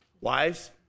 Wives